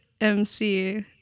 MC